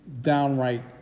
downright